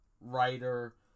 writer